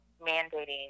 mandating